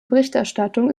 berichterstattung